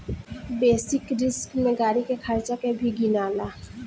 basic risk में गाड़ी के खर्चा के भी गिनाला